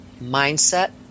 mindset